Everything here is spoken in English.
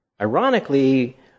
ironically